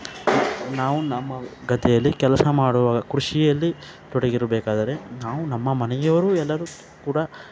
ನಾವು ನಮ್ಮ ಗದ್ದೆಯಲ್ಲಿ ಕೆಲಸ ಮಾಡುವಾಗ ಕೃಷಿಯಲ್ಲಿ ತೊಡಗಿರಬೇಕಾದರೆ ನಾವು ನಮ್ಮ ಮನೆಯವರೂ ಎಲ್ಲರು ಕೂಡ